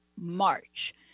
March